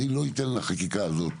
אני לא אתן לחקיקה הזאת